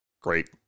great